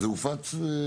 זה הופץ?